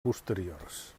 posteriors